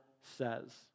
says